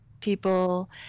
people